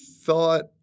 thought